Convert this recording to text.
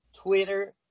Twitter